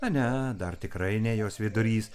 na ne dar tikrai ne jos vidurys